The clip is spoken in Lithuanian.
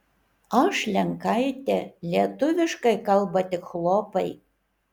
aš lenkaitė lietuviškai kalba tik chlopai